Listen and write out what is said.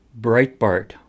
Breitbart